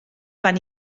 van